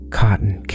cotton